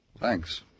Thanks